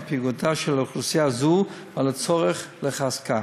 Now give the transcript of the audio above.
פגיעותה של אוכלוסייה זו ועל הצורך לחזקה.